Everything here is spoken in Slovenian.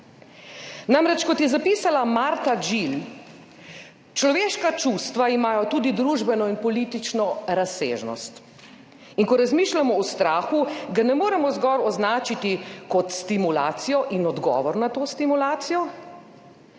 Namreč, kot je zapisala Martha Gill: »Človeška čustva imajo tudi družbeno in politično razsežnost.« In ko razmišljamo o strahu, ga ne moremo zgolj označiti kot stimulacijo in odgovor na to stimulacijo,